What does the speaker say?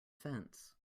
fence